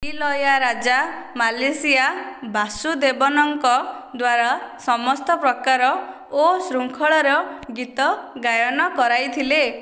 ଇଲୟାରାଜା ମାଲେସିଆ ବାସୁଦେବନଙ୍କ ଦ୍ୱାରା ସମସ୍ତ ପ୍ରକାର ଓ ଶୃଙ୍ଖଳାର ଗୀତ ଗାୟନ କରାଇଥିଲେ